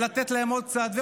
ולתת להם עוד קצת,